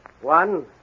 One